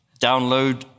download